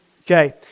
Okay